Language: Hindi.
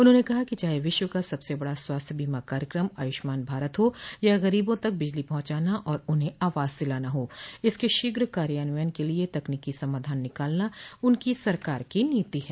उन्होंने कहा कि चाहे विश्व का सबसे बड़ा स्वास्थ्य बीमा कार्यक्रम आयुष्मान भारत हो या गरीबां तक बिजली पहुंचाना और उन्हें आवास दिलाना हो इनके शीघ्र कार्यान्वयन के लिए तकनीकी समाधान निकालना उनकी सरकार की नीति है